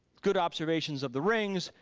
good observations of the rings,